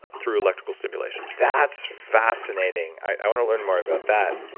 ah through electrical stimulation that's fascinating. i want to learn more about that.